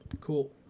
Cool